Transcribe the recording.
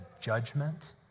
judgment